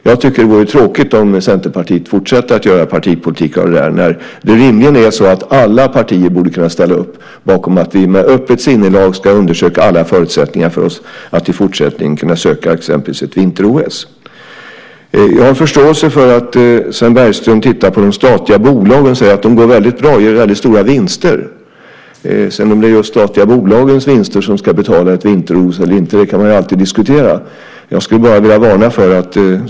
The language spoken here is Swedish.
Jag tycker det vore tråkigt om Centerpartiet fortsätter göra partipolitik av det här när det rimligen är så att alla partier borde kunna ställa upp bakom att vi med öppet sinnelag ska undersöka alla förutsättningar för oss att i fortsättningen kunna söka exempelvis ett vinter-OS. Jag har förståelse för att Sven Bergström tittar på de statliga bolagen och ser att de går väldigt bra och gör väldigt stora vinster. Om det sedan är just de statliga bolagens vinster som ska betala ett vinter-OS eller inte kan man ju alltid diskutera. Jag skulle bara vilja varna för en sak.